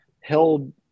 held –